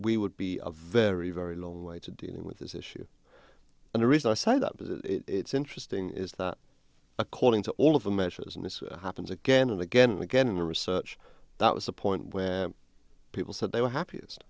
we would be a very very long way to dealing with this issue and the reason i say that it's interesting is that according to all of the measures and this happens again and again and again in the research that was a point where people said they were happ